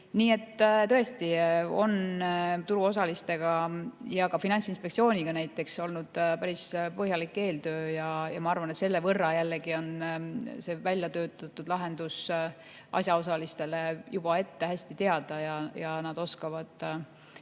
Tõesti on turuosalistega ja ka näiteks Finantsinspektsiooniga olnud päris põhjalik eeltöö. Ma arvan, et selle võrra jällegi on see väljatöötatud lahendus asjaosalistele juba ette hästi teada ja nad mitte